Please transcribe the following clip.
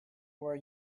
were